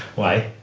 why?